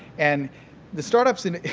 and the start-ups, in